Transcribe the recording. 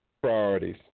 priorities